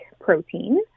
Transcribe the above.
protein